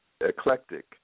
eclectic